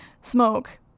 smoke